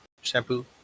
shampoo